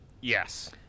Yes